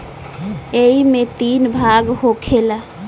ऐइमे तीन भाग होखेला